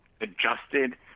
adjusted